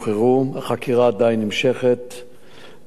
החקירה עדיין נמשכת בתחנה.